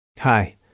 Hi